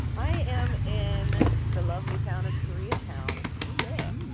i am in the lovely town of koreatown oh, yeah?